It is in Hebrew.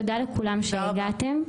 תודה לכולם שהגעתם.